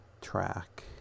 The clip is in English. track